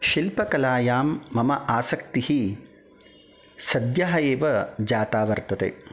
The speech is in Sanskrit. शिल्पकलायां मम आसक्तिः सद्यः एव जाता वर्तते